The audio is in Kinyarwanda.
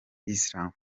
islam